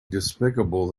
despicable